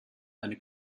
eine